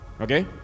Okay